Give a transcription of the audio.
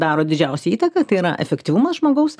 daro didžiausią įtaką tai yra efektyvumas žmogaus